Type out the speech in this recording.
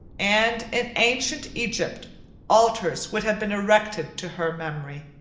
and in ancient egypt altars would have been erected to her memory.